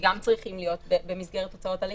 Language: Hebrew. שגם צריכים להיות במסגרת הוצאות הליך.